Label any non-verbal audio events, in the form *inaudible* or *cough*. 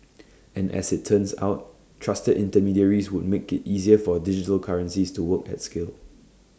*noise* and as IT turns out trusted intermediaries would make IT easier for digital currencies to work at scale